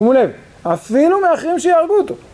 שימו לב, אפילו מאחרים שיהרגו אותו.